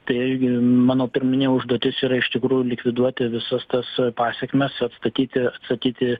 taigi mano pirminė užduotis yra iš tikrųjų likviduoti visus tuos pasekmes atstatyti sakyti